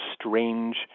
strange